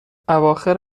اواخر